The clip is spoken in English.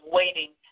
waiting